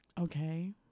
okay